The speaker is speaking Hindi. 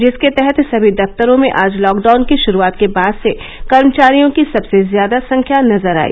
जिसके तहत सभी दफ्तरों में आज लॉकडाउन की शुरूआत के बाद से कर्मचारियों की सबसे ज्यादा संख्या नजर आई